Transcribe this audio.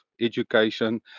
education